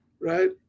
right